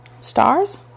Stars